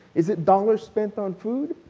is it dollars spent on food?